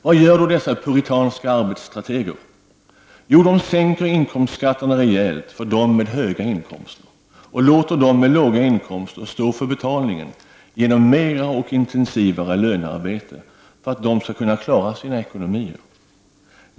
Vad gör då dessa puritanska arbetsstrateger? Jo, de sänker inkomstskatterna rejält för dem med höga inkomster och låter dem med låga inkomster stå för betalningen genom mer och intensivare lönearbete för att de skall kunna klara sina ekonomier.